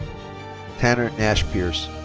tanner nash pierce.